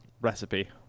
recipe